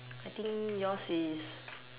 I think yours is